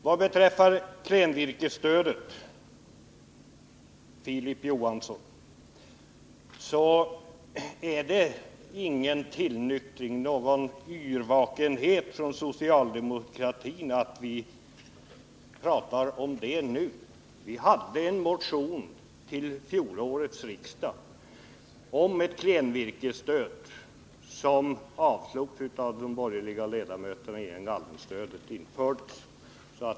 Vad beträffar klenvirkesstödet, Filip Johansson, är det ingen tillnyktring eller någon yrvakenhet från socialdemokratin att vi pratar om det nu. Vi hade en motion till fjolårets riksdag om ett klenvirkesstöd. Den avslogs av de borgerliga ledamöterna.